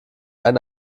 ein